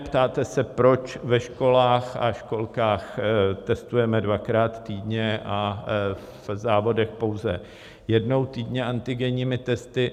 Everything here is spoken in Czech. Ptáte se, proč ve školách a školkách testujeme dvakrát týdně a v závodech pouze jednou týdně antigenními testy.